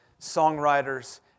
songwriters